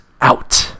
out